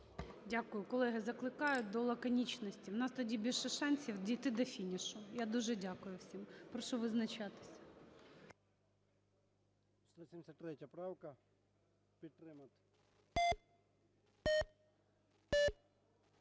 Дякую. Колеги, закликаю до лаконічності. У нас тоді більше шансів дійти до фінішу. Я дуже дякую всім. Прошу визначатись.